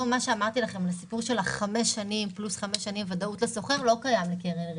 הסיפור של החמש שנים פלוס חמש שנים ודאות לשוכר לא קיים היום בקרן ריט,